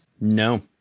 No